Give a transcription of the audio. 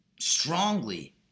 strongly